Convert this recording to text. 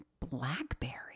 Blackberry